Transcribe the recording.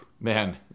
man